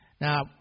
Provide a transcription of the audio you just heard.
Now